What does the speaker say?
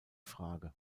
frage